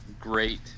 great